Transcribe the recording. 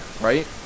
right